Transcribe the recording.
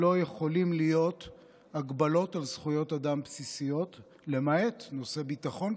להיות הגבלות על זכויות אדם בסיסיות למעט נושא ביטחון,